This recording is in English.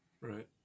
Right